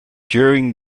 during